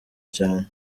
cyane